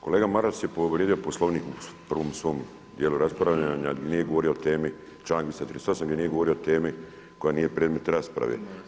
Kolega Maras je povrijedio Poslovnik u prvom svom dijelu raspravljanja jer nije govorio o temi, članak 238., jer nije govorio o temi koja je predmet rasprave.